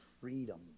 freedom